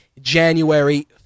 january